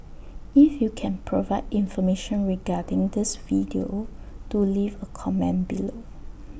if you can provide information regarding this video do leave A comment below